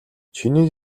чиний